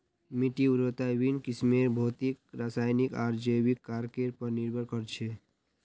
मिट्टीर उर्वरता विभिन्न किस्मेर भौतिक रासायनिक आर जैविक कारकेर पर निर्भर कर छे